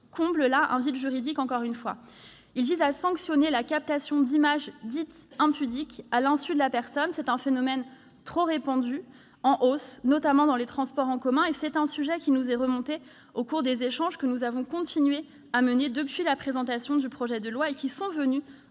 comble un vide juridique, encore une fois. Elle vise à sanctionner la captation d'images, dites « impudiques », à l'insu de la personne. C'est un phénomène trop répandu, en hausse, notamment dans les transports en commun. Ce sujet nous est remonté au cours des échanges que nous avons continué à mener depuis la présentation du projet de loi, et qui sont venus